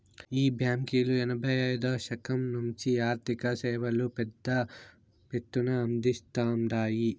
ఈ బాంకీలు ఎనభైయ్యో దశకం నుంచే ఆర్థిక సేవలు పెద్ద ఎత్తున అందిస్తాండాయి